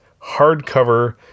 hardcover